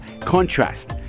contrast